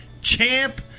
champ